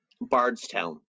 Bardstown